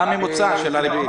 מה הממוצע של הריבית?